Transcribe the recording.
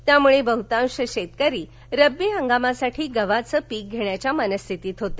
त्यासुळे बह्रतांश शेतकरी रब्बी हंगामासाठी गव्हाचं पिक घेण्याच्या मनस्थितीत होते